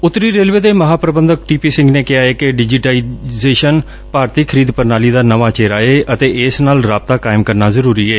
ਉੱਤਰੀ ਰੇਲਵੇ ਦੇ ਮਹਾ ਪੂਬੰਧਕ ਟੀ ਪੀ ਸਿੰਘ ਨੇ ਕਿਹਾ ਏ ਕਿ ਡਿਜੀਟਾਈਜ਼ੇਸ਼ਨ ਭਾਰਤੀ ਖਰੀਦ ਪੂਣਾਲੀ ਦਾ ਨਵਾਂ ਚਿਹਰਾ ਏ ਅਤੇ ਇਸ ਨਾਲ ਰਾਬਤਾ ਕਾਇਮ ਕਰਨਾ ਜ਼ਰੁਰੀ ਏ